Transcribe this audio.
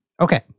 Okay